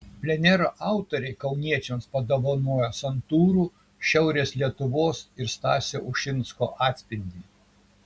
plenero autoriai kauniečiams padovanojo santūrų šiaurės lietuvos ir stasio ušinsko atspindį